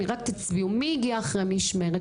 אני יודעת שיש כאן מי הגיעה אחרי משמרת?